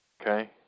okay